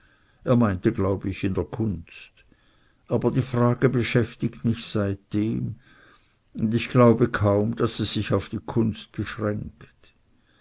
er meinte glaub ich in der kunst aber die frage beschäftigt mich seitdem und ich glaube kaum daß es sich auf die kunst beschränkt